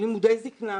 לימודי זקנה.